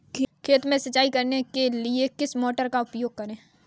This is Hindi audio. खेत में सिंचाई करने के लिए किस मोटर का उपयोग करें?